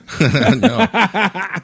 No